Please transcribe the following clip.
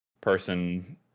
person